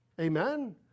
Amen